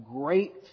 great